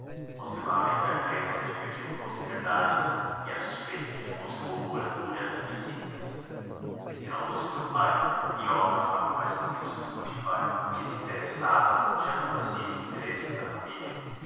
oscilava entre a crença de que aquilo fosse verdade e a suspeita de que fosse loucura pura e simples se não fosse seu pai e olga amava mais por isso o seu rude pai que se interessava chamando a si os interesses da família